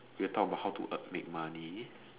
we'll talk about how to earn make money